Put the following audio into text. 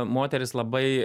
moteris labai